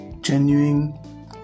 genuine